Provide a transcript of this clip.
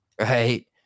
right